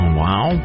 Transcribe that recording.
wow